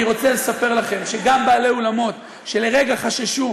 אני רוצה לספר לכם שגם בעלי אולמות שלרגע חששו,